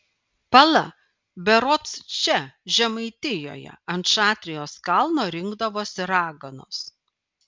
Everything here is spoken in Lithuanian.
pala berods čia žemaitijoje ant šatrijos kalno rinkdavosi raganos